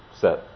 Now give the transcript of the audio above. set